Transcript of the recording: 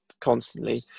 constantly